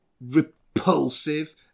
Repulsive